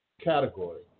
category